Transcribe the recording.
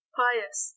pious